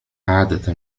عادة